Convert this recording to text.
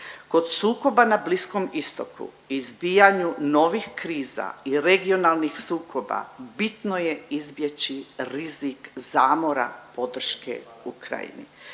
Kod sukoba na Bliskom istoku izbijanju novih kriza i regionalnih sukoba bitno je izbjeći rizik zamora podrške Ukrajini.